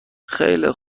خیلی